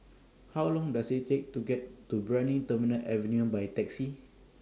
How Long Does IT Take to get to Brani Terminal Avenue By Taxi